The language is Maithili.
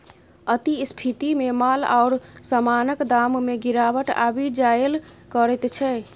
अति स्फीतीमे माल आओर समानक दाममे गिरावट आबि जाएल करैत छै